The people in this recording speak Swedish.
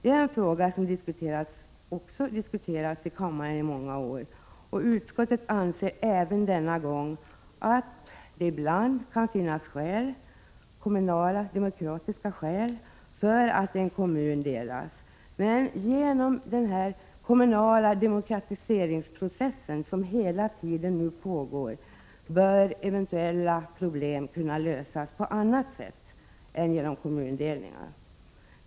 Det är en fråga som också diskuterats i kammaren i många år, och utskottet anser även denna gång att det ibland kan finnas kommunala demokratiska skäl för att en kommun delas, men genom den kommunala demokratiseringsprocess som hela tiden pågår, bör eventuella problem kunna lösas på annat sätt än genom kommundelningar.